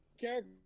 character